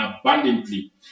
abundantly